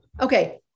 Okay